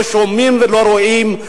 לא שומעים ולא רואים.